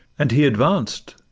and he advanced,